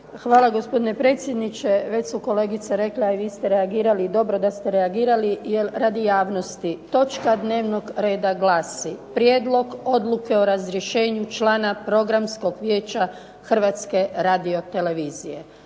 Hvala gospodine predsjedniče. Već su kolegice rekle, a i vi ste reagirali i dobro da ste reagirali, jer radi javnosti točka dnevnog reda glasi Prijedlog odluke o razrješenju člana Programskog vijeća Hrvatske radiotelevizije.